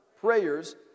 Prayers